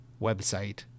website